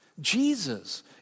Jesus